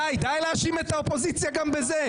די, די להאשים את האופוזיציה גם בזה.